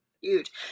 huge